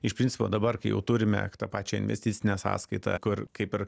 iš principo dabar kai jau turime tą pačią investicinę sąskaitą kur kaip ir